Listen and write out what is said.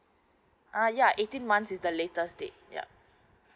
uh ya eighteen months is the latest date yup